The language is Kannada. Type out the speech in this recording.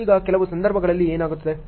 ಈಗ ಕೆಲವು ಸಂದರ್ಭಗಳಲ್ಲಿ ಏನಾಗುತ್ತದೆ